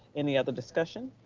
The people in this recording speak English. any other discussion?